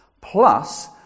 Plus